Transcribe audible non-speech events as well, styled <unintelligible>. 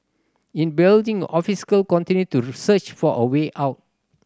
in building <unintelligible> continue to search for a way out